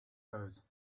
goes